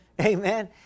Amen